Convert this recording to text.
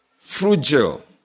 frugal